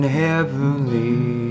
heavenly